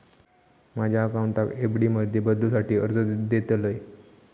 माझ्या अकाउंटाक एफ.डी मध्ये बदलुसाठी अर्ज देतलय